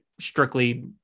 strictly